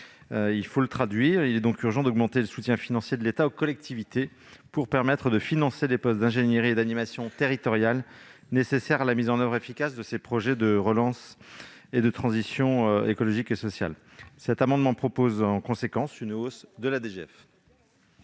en actes ; il est donc urgent d'augmenter le soutien financier de l'État aux collectivités, pour leur permettre de financer les postes d'ingénierie et d'animation territoriale nécessaires à la mise en oeuvre efficace de ces projets de relance et de transition écologique et sociale. En conséquence, cet amendement vise à augmenter la DGF.